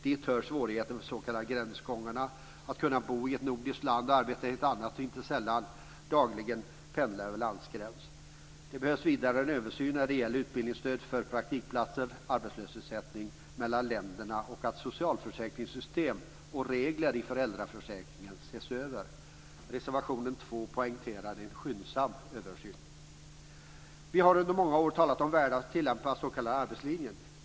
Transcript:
Dit hör svårigheten för de s.k. gränsgångarna att kunna bo i ett nordiskt land och arbeta i ett annat och inte sällan dagligen pendla över landgräns. Det behövs vidare en översyn när det gäller utbildningsstöd för praktikplatser, arbetslöshetsersättning mellan länderna samt socialförsäkringssystem och regler i föräldraförsäkringen. Reservation 2 poängterar en skyndsam översyn. Vi har under många år talat om värdet av att tilllämpa den s.k. arbetslinjen.